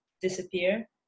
Disappear